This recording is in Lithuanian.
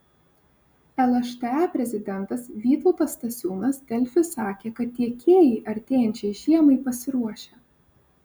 lšta prezidentas vytautas stasiūnas delfi sakė kad tiekėjai artėjančiai žiemai pasiruošę